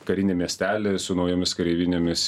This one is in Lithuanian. karinį miestelį su naujomis kareivinėmis